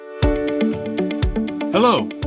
Hello